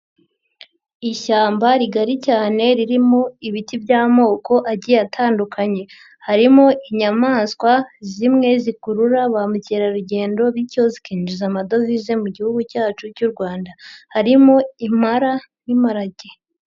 Ishyamba rigari cyane ririmo ibiti by'amoko agiye atandukanye. Harimo inyamaswa zimwe zikurura ba mukerarugendo bityo zikinjiza amadovize mu gihugu cyacu cy'u Rwanda. Harimo impara n'imparage.